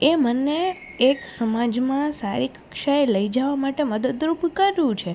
એ મને એક સમાજમાં સારી કક્ષાએ લઈ જવા માટે મદદરૂપ કરું છે